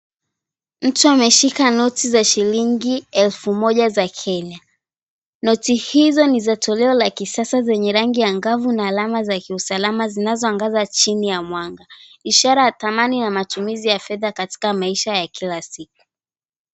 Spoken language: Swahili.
Mtu ameshika noti za shilingi elfu moja za Kenya. Noti hizo ni za toleo la kisasa zenye rangi angavu na alama za kiusalama zinazoangaza chini ya mwanga. Ishara ya thamani ya matumizi ya fedha katika maisha ya kila siku.